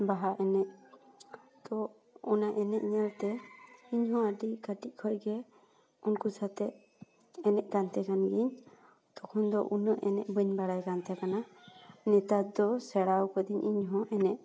ᱵᱟᱦᱟ ᱮᱱᱮᱡ ᱛᱳ ᱚᱱᱟ ᱮᱱᱮᱡ ᱧᱮᱞᱛᱮ ᱤᱧᱦᱚᱸ ᱟᱹᱰᱤ ᱠᱟᱹᱴᱤᱡ ᱠᱷᱚᱡ ᱜᱮ ᱩᱱᱠᱩ ᱥᱟᱣᱛᱮ ᱮᱱᱮᱡ ᱠᱟᱱ ᱛᱟᱦᱮᱱ ᱜᱤᱭᱟᱹᱧ ᱛᱚᱠᱷᱚᱱ ᱫᱚ ᱩᱱᱟᱹᱜ ᱮᱱᱮᱡ ᱵᱟᱹᱧ ᱵᱟᱲᱟᱭ ᱠᱟᱱ ᱛᱟᱦᱮᱸ ᱠᱟᱱᱟ ᱱᱮᱛᱟᱨ ᱫᱚ ᱥᱮᱬᱟ ᱟᱠᱟᱫᱟᱹᱧ ᱤᱧᱦᱚᱸ ᱮᱱᱮᱡ